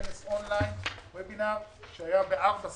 כנס און-ליין בחמש שפות: